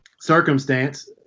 circumstance